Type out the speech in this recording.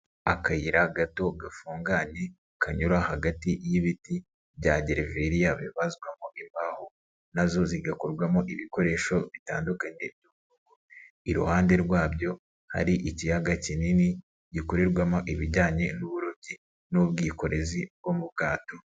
Akayira gato gafunganye kanyura hagati y'ibiti bya gereveriya bibazwamo imbaho, na zo zigakorwamo ibikoresho bitandukanye, iruhande rwabyo hari ikiyaga kinini gikorerwamo ibijyanye n'uburobyi n'ubwikorezi bwo mu bwato.